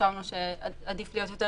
חשבנו שעדיף להיות יותר.